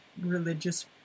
religious